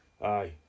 Aye